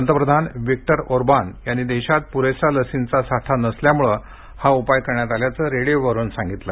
पंतप्रधान Victor Orban यांनी देशात पुरेसा लसींचा साठा नसल्यामुळं हा उपाय करण्यात आल्याचं रेडियोवरुन सांगितलं